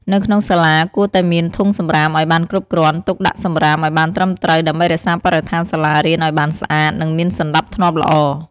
នៅក្នុងសាលាគួរតែមានធុងសំរាមឲ្យបានគ្រប់គ្រាន់ ទុកដាក់សំរាមឲ្យបានត្រឹមត្រូវ ដើម្បីរក្សាបរិស្ថានសាលារៀនឲ្យបានស្អាត និងមានសណ្តាប់ធ្នាប់ល្អ។